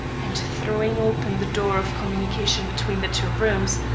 and, throwing open the door of communication between the two rooms,